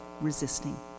resisting